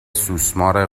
سوسمار